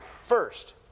First